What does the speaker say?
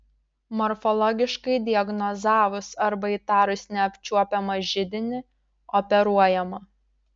morfologiškai diagnozavus arba įtarus neapčiuopiamą židinį operuojama